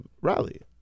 Rally